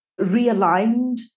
realigned